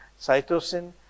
cytosine